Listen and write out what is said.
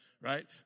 right